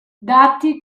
dati